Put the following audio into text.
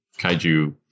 kaiju